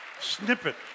snippet